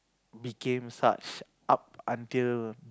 became such up until